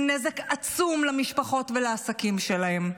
עם נזק עצום למשפחות ולעסקים שלהם.